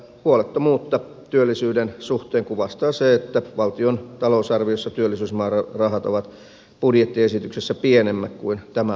huolettomuutta työllisyyden suhteen kuvastaa se että valtion talousarviossa työllisyysmäärärahat ovat budjettiesityksessä pienemmät kuin tämän vuoden budjetissa